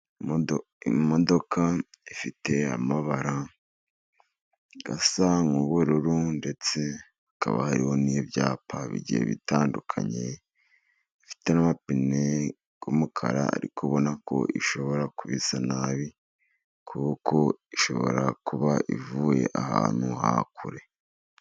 Imodoka ifite amabara asa nk'ubururu， ndetse hakaba hariho n'ibyapa bigiye bitandukanye， ifite n'amapine y'umukara，ariko ubona ko ishobora kuba isa nabi，kuko ishobora kuba ivuye ahantu ha kure.